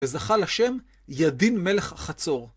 וזכה לשם ידין מלך חצור.